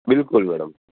બિલકુલ મેડમ